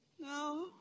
No